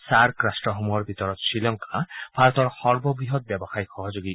SAARC ৰাষ্ট্ৰসমূহৰ ভিতৰত শ্ৰীলংকা ভাৰতৰ সৰ্ববৃহৎ ব্যৱসায়িক সহযোগী